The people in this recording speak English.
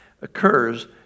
occurs